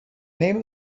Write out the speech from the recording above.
name